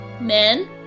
men